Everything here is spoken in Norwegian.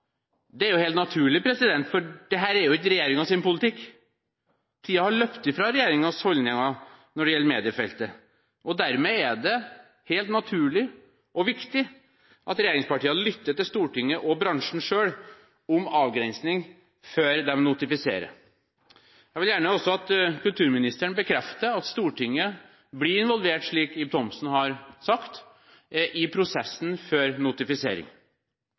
Det er jo helt naturlig, for dette er ikke regjeringens politikk. Tiden har løpt fra regjeringens holdninger når det gjelder mediefeltet. Dermed er det helt naturlig og viktig at regjeringspartiene lytter til Stortinget og bransjen selv når det gjelder avgrensning, før de notifiserer. Jeg vil gjerne også at kulturministeren bekrefter at Stortinget blir involvert, slik Ib Thomsen har sagt, i prosessen før notifisering.